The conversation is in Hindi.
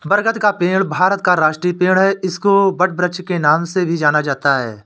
बरगद का पेड़ भारत का राष्ट्रीय पेड़ है इसको वटवृक्ष के नाम से भी जाना जाता है